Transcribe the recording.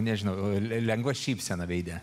nežinau lengva šypsena veide